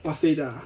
waseda